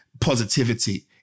positivity